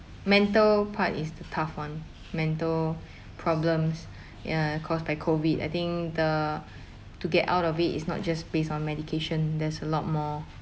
mental part is the tough one mental problems ya caused by COVID I think the to get out of it's not just based on medication there's a lot more